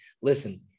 listen